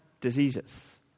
diseases